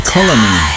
Colony